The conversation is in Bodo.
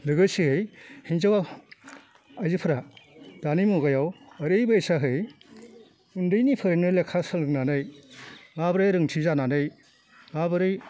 लोगोसेयै हिन्जावा आयजोफोरा दानि मुगायाव ओरैबायसायै उन्दैनिफ्रायनो लेखा सोलोंनानै माबोरै रोंथि जानानै माबोरै